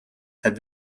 had